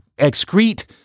excrete